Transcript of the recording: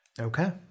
okay